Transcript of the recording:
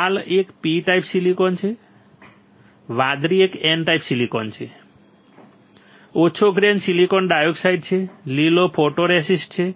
લાલ એક P type silicon છે વાદળી એક N ટાઇપ સિલિકોન છે આછો ગ્રે સિલિકોન ડાયોક્સાઇડ છે લીલો ફોટોરેસિસ્ટ છે